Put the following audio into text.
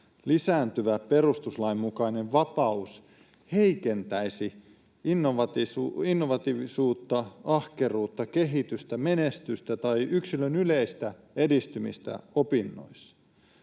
lisääntyvä perustuslain mukainen vapaus heikentäisi innovatiivisuutta, ahkeruutta, kehitystä, menestystä tai yksilön yleistä edistymistä opinnoissa.